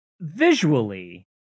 Visually